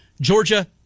Georgia